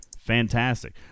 Fantastic